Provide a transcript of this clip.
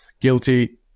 guilty